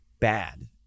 bad